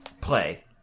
play